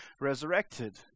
resurrected